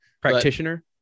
Practitioner